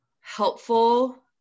helpful